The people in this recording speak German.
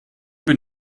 bin